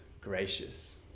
gracious